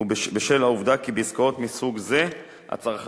בשל העובדה כי בעסקאות מסוג זה הצרכן